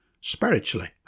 spiritually